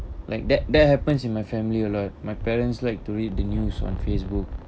like that that happens in my family a lot my parents like to read the news on facebook